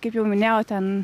kaip jau minėjau ten